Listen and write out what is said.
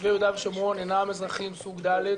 מתיישבי יהודה ושומרון אינם אזרחים סוג ד',